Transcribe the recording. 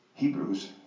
Hebrews